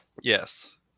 Yes